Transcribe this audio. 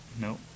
no